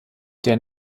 der